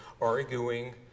arguing